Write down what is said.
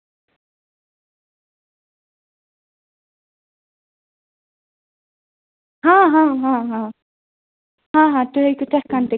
آچھا ٹھیٖک تہٕ تیٚلہِ مطلب أسۍ ہٮ۪کوا ہُتھ کَنہٕ مطلب اِنٕسٹال تہِ اِنٕسٹالمٮ۪نٛٹَن منٛز پے کٔرِتھ مطلب اچھا ٹھیٖک